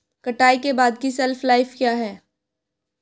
कटाई के बाद की शेल्फ लाइफ क्या है?